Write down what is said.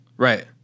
Right